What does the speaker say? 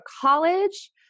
college